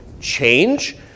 change